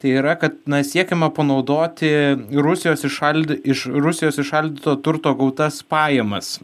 tai yra kad na siekiama panaudoti rusijos įšaldyt iš rusijos įšaldyto turto gautas pajamas